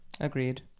agreed